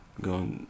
go